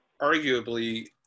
arguably